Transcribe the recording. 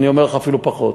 אני אומר לך אפילו פחות,